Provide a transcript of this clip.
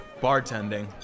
bartending